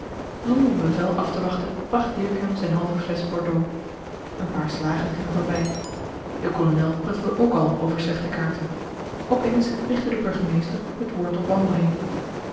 een bevel aftewachten bracht dirk hem zijn halve flesch bordeaux een paar slagen gingen voorbij de kolonel pruttelde ook al over slechte kaarten op eens richtte de burgemeester het woord tot wandelheem